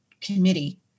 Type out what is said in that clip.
committee